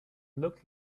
looked